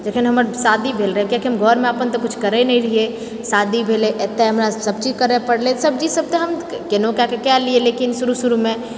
जखनि हमर शादी भेल रहै किआकि हम घरमे तऽ अपन कुछ करै नहि रहिऐ शादी भेलै एतऽ हमरा सब चीज करए पड़लै सब्जी सब तऽ हम केहनो कए कऽ केलिऐ लेकिन शुरू शुरूमे